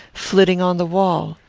flitting on the wall.